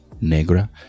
Negra